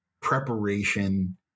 preparation